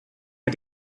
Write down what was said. had